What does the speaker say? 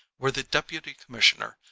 where the deputy-commissioner,